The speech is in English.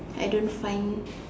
I don't find